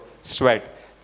sweat